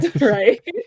Right